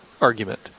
argument